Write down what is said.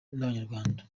n’abanyarwanda